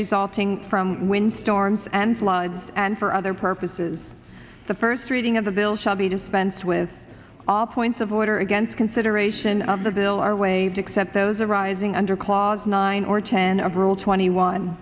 resulting from wind storms and floods and for other purposes the first reading of the bill shall be dispensed with all points of order against consideration of the bill are waived except those arising under clause nine or ten of rule twenty one